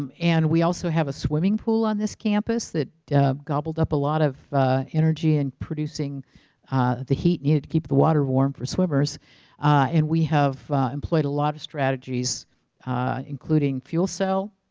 um and we also have a swimming pool on this campus that gobbled up a lot of energy in producing the heat needed to keep the water warm for swimmers and we have employed a lot of strategies including fuel cell